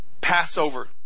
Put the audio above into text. Passover